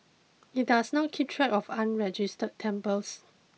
it does not keep track of unregistered temples